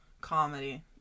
comedy